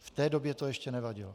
V té době to ještě nevadilo.